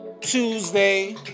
Tuesday